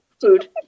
food